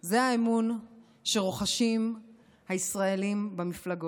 זה האמון שרוחשים הישראלים למפלגות.